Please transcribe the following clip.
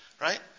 right